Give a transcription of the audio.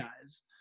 guys